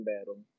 battle